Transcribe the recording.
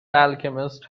alchemist